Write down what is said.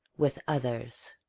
with others.